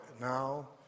now